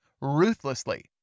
ruthlessly